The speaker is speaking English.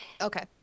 Okay